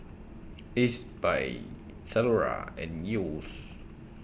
Ezbuy Zalora and Yeo's